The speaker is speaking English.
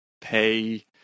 pay